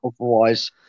Otherwise